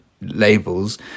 labels